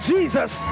Jesus